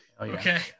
Okay